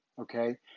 okay